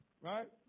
Right